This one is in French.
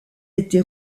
été